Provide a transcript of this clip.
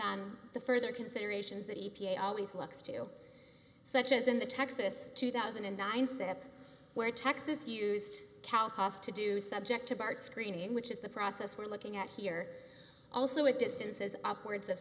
on the further considerations that he always looks to such as in the texas two thousand and nine set up where texas used cowpox to do subjective art screening which is the process we're looking at here also it distances upwards of